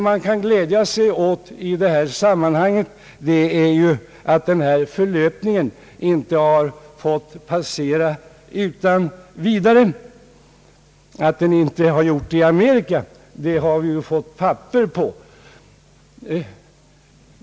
Man kan i detta sammanhang glädja sig åt att denna förlöpning inte fått passera utan vidare — att den inte har gjort det i Amerika har vi ju fått papper på.